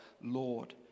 Lord